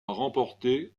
remporter